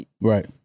right